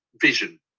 vision